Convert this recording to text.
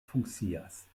funkcias